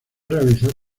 realizar